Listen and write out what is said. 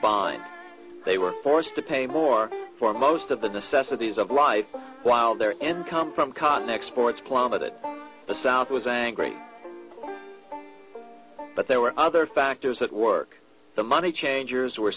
bind they were forced to pay more for most of the necessities of life while their income from cotton exports plummeted the south was angry but there were other factors at work the money changers were